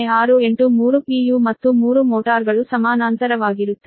u ಮತ್ತು ಮೂರು ಮೋಟಾರ್ಗಳು ಸಮಾನಾಂತರವಾಗಿರುತ್ತವೆ